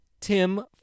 tim